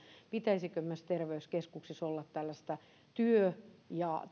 pitäisikö myös terveyskeskuksissa olla tällaista työ ja